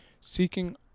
seeking